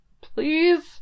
Please